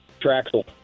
Traxel